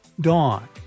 Dawn